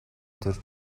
төрж